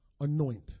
anoint